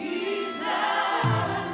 Jesus